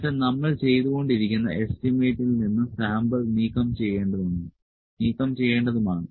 എന്നിട്ട് നമ്മൾ ചെയ്തുകൊണ്ടിരിക്കുന്ന എസ്റ്റിമേറ്റിൽ നിന്ന് സാമ്പിൾ നീക്കംചെയ്യേണ്ടതുമാണ്